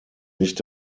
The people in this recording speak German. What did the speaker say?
nicht